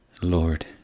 Lord